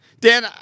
Dan